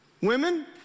Women